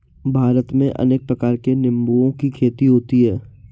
भारत में अनेक प्रकार के निंबुओं की खेती होती है